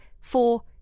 four